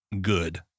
good